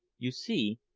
you see,